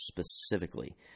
Specifically